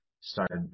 Started